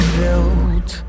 built